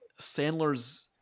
Sandler's